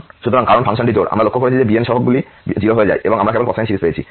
সুতরাং কারণ ফাংশনটি জোড় আমরা লক্ষ্য করেছি যে bn সহগ 0 হয়ে যায় এবং আমরা কেবল কোসাইন সিরিজ পেয়েছি